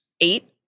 eight